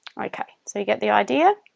okay so you get the idea.